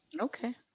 Okay